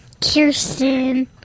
Kirsten